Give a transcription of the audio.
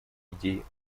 идей